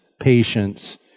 patience